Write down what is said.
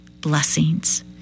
blessings